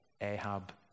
Ahab